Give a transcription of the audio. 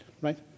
right